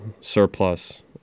surplus